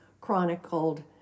chronicled